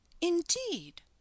Indeed